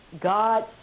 God